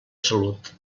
salut